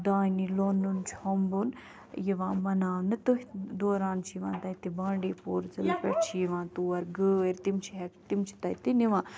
دانہِ لونُن چۄمبُن یوان مناونہٕ تٔتھۍ دوران چھِ یِوان تتہِ بانڈی پوٗرٕ ضلعہٕ پٮ۪ٹھ چھِ یوان تور گٲرۍ تِم چھِ تتہِ نِوان